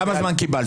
כמה זמן קיבלתי?